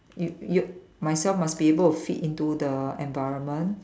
you you myself must be able to fit into the environment